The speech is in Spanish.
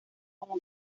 como